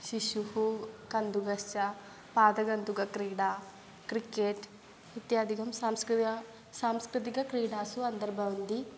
शिशुः कन्दुकस्य पादकन्दुक क्रीडा क्रिकेट् इत्यादिकं सांस्कृतिकं सांस्कृतिकं क्रीडासु अन्तर्भवन्ति